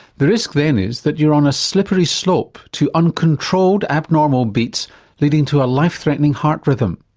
the risk then is that you're on a slippery slope to uncontrolled abnormal beats leading to a life threatening heart rhythm.